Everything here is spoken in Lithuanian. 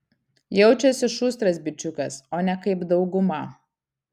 jaučiasi šustras bičiukas o ne kaip dauguma